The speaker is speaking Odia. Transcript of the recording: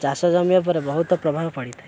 ଚାଷ ଜମି ଉପରେ ବହୁତ ପ୍ରଭାବ ପଡ଼ିଥାଏ